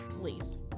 leaves